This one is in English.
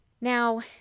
Now